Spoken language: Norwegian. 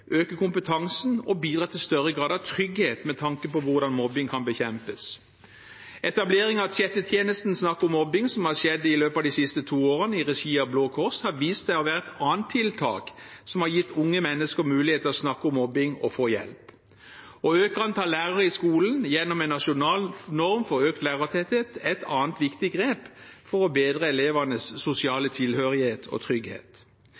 kompetansen og bidra til en større grad av trygghet med tanke på hvordan mobbing kan bekjempes. Etablering av chattetjenesten «Snakk om mobbing», som har skjedd i løpet av de to siste årene i regi av Blå Kors, har vist seg å være et annet tiltak som har gitt unge mennesker mulighet til å snakke om mobbing og få hjelp. Å øke antallet lærere i skolen gjennom en nasjonal norm for økt lærertetthet er et annet viktig grep for å bedre elevenes sosiale tilhørighet og trygghet.